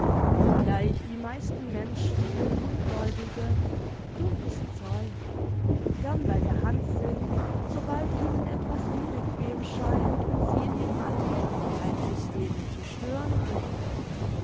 obgleich die meisten menschen mit ungläubigem dummes zeug gern bei der hand sind sobald ihnen etwas unbequem scheint und sie in ihrem alltäglichkeits systeme zu stören droht